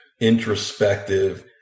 introspective